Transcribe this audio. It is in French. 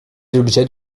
l’objet